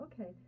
okay